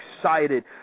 excited